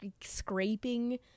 scraping